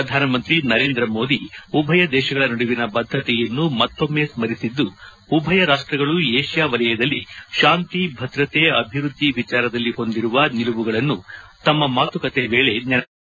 ಪ್ರಧಾನಮಂತ್ರಿ ನರೇಂದ್ರ ಮೋದಿ ಉಭಯ ದೇಶಗಳ ನಡುವಿನ ಬದ್ದತೆಯನ್ನು ಮತ್ತೊಮ್ಮ ಸ್ಮರಿಸಿದ್ದು ಉಭಯ ರಾಷ್ಟಗಳು ಏಷ್ಯಾ ವಲಯದಲ್ಲಿ ಶಾಂತಿ ಭದ್ರತೆ ಅಭಿವೃದ್ದಿ ವಿಚಾರದಲ್ಲಿ ಹೊಂದಿರುವ ನಿಲುವುಗಳನ್ನು ತಮ್ಮ ಮಾತುಕತೆ ವೇಳೆ ನೆನಪಿಸಿಕೊಂಡಿದ್ದಾರೆ